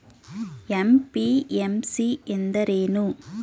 MPMC ಎಂದರೇನು?